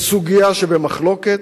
לסוגיה שבמחלוקת,